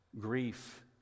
grief